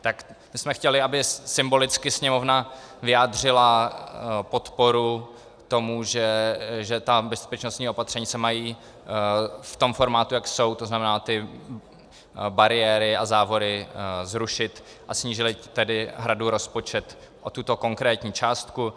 Tak my jsme chtěli, aby symbolicky Sněmovna vyjádřila podporu tomu, že bezpečnostní opatření se mají v tom formátu, jak jsou, tzn. ty bariéry a závory, zrušit, a snížila tedy Hradu rozpočet o tuto konkrétní částku.